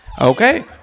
Okay